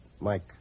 Mike